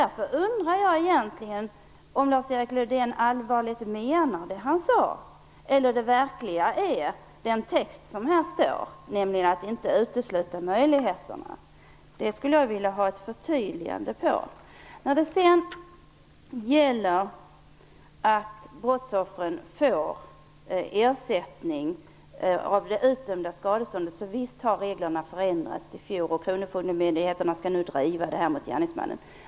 Därför undrar jag verkligen om Lars-Erik Lövdén allvarligt menar det han sade eller om det verkliga är den text som står i betänkandet, nämligen att det inte utesluter möjligheterna. Det skulle jag vilja ha ett förtydligande av. Visst har reglerna som gäller att brottsoffren får ersättning från det utdömda skadeståndet förändrats i fjol. Kronofogdemyndigheterna skall nu driva dessa ärenden mot gärningsmännen.